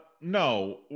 No